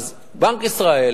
בנק ישראל,